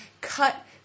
Cut